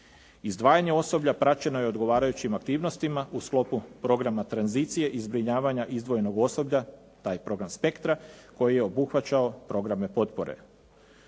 Izdvajanje osoblja praćeno je odgovarajućim aktivnostima u sklopu programa tranzicije i zbrinjavanja izdvojenog osoblja, taj program spektra koji je obuhvaćao programe potpore.